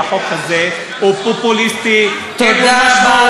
כי החוק הזה הוא פופוליסטי, אין לו ערך.